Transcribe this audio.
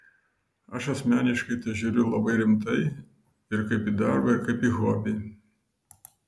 aš asmeniškai į tai žiūriu labai rimtai ir kaip į darbą ir kaip į hobį